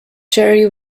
jerry